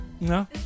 No